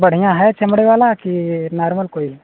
बढ़ियाँ है चमड़े वाला कि नार्मल कोई है